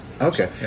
Okay